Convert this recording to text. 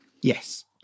Yes